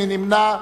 מי נמנע?